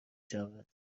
شود